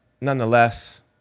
nonetheless